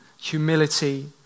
humility